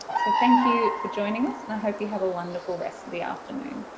so thank you for joining us and i hope you have a wonderful rest of the afternoon.